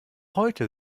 heute